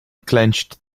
clenched